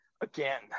again